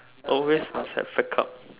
always must have backup